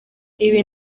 ibi